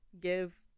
give